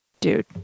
Dude